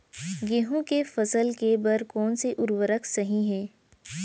गेहूँ के फसल के बर कोन से उर्वरक सही है?